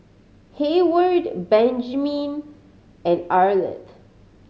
Hayward Benjman and Arleth